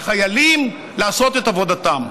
מהחיילים לעשות את עבודתם.